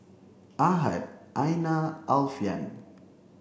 Ahad Aina Alfian